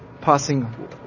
passing